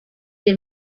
del